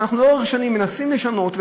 ואנחנו לאורך שנים מנסים לשנות,